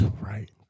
Right